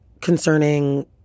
concerning